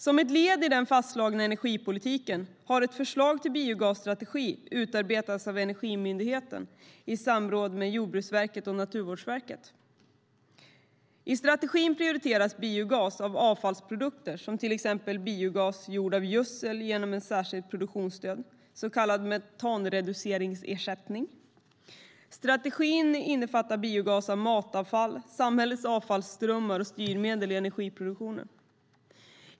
Som ett led i den fastslagna energipolitiken har ett förslag till biogasstrategi utarbetats av Energimyndigheten i samråd med Jordbruksverket och Naturvårdsverket. I strategin prioriteras biogas av avfallsprodukter, till exempel biogas gjord av gödsel genom ett särskilt produktionsstöd, så kallad metanreduceringsersättning. Strategin innefattar biogas av matavfall, samhällets avfallsströmmar och styrmedel i energiproduktionen.